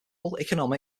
political